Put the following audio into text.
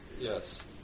yes